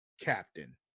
captain